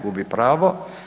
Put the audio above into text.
Gubi pravo.